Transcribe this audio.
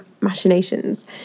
machinations